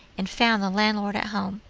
and found the landlord at home.